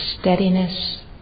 steadiness